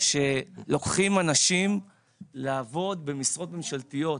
שלוקחים אנשים לעבוד במשרות ממשלתיות.